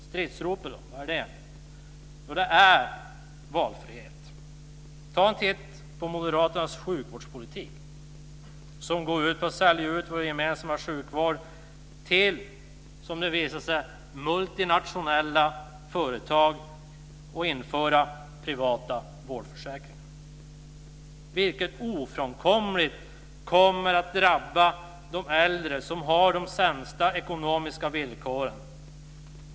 Stridsropet är: Valfrihet! Ta en titt på Moderaternas sjukvårdspolitik som går ut på att sälja ut vår gemensamma sjukvård till multinationella företag och införa privata vårdförsäkringar! Detta kommer ofrånkomligen att drabba de äldre som har de sämsta ekonomiska villkoren.